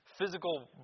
physical